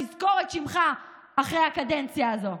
נזכור את שמך אחרי הקדנציה הזאת.